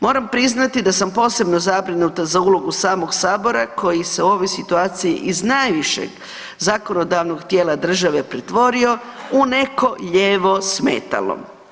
Moram priznati da sam posebno zabrinuti za ulogu samog Sabora koji sa ove situacije iz najvišeg zakonodavnog tijela države pretvorio u neko lijevo smetalo.